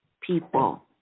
people